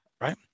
Right